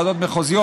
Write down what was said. ועדות מחוזיות.